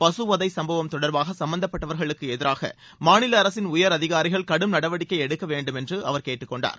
பசு வதை சம்பவம் தொடர்பாக சும்மந்தப்பட்டவர்களுக்கு எதிராக மாநில அரசின் உயர் அதிகாரிகள் கடும் நடவடிக்கை எடுக்க வேண்டுமென்று அவர் கேட்டுக்கொண்டார்